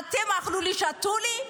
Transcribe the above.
אתם, אכלו לי, שתו לי.